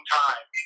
time